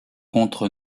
contre